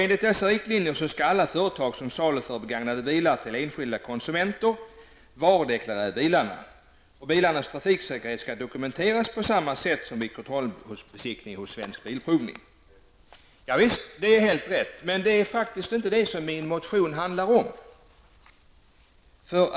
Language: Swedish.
Enligt dessa riktlinjer skall alla företag som saluför begagnade bilar till enskilda konsumenter varudeklarera bilarna. Bilarnas trafiksäkerhet skall dokumenteras på samma sätt som vid kontroll och besiktning hos Svensk bilprovning. Det är riktigt, men det är faktiskt inte det som min motion handlar om.